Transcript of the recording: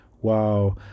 Wow